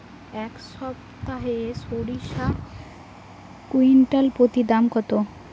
এই সপ্তাহে সরিষার কুইন্টাল প্রতি দাম কত?